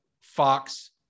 Fox